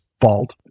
fault